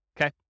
okay